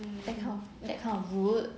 that kind of that kind of route